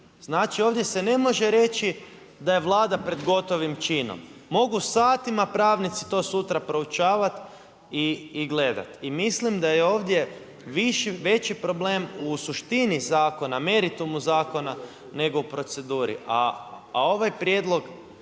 Znači ovdje se ne može reći da je Vlada pred gotovim činom, mogu satima pravnici to sutra proučavati i gledati. I mislim da je ovdje veći problem u suštini zakona, meritumu zakona nego u proceduri. A ovaj prijedlog